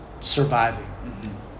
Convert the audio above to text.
surviving